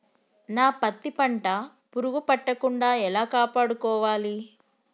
నా పత్తి పంట పురుగు పట్టకుండా ఎలా కాపాడుకోవాలి?